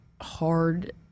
hard